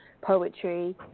poetry